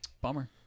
Bummer